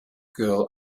girl